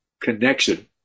connection